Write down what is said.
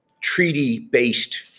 treaty-based